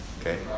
okay